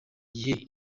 gihe